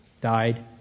died